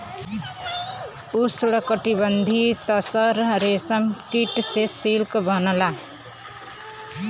उष्णकटिबंधीय तसर रेशम कीट से सिल्क बनला